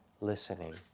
listening